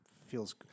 Feels